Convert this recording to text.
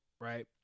right